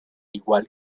igual